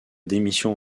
démission